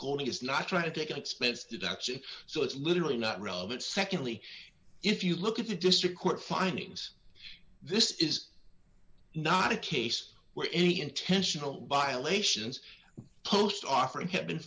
gold is not trying to take an expense deduction so it's literally not relevant secondly if you look at the district court findings this is not a case where any intentional bile ations post offering had been